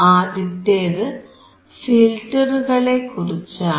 ആദ്യത്തേത് ഫിൽറ്ററുകളെ ക്കുറിച്ചാണ്